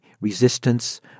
resistance